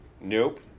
nope